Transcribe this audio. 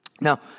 Now